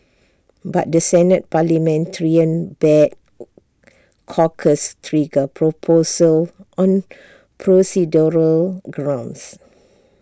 but the Senate parliamentarian barred Corker's trigger proposal on procedural grounds